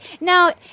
Now